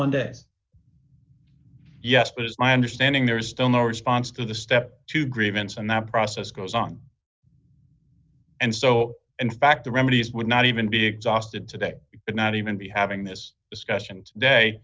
dollars days yes but it's my understanding there's still no response to the step to grievance and that process goes on and so in fact the remedies would not even be exhausted today could not even be having this discussion day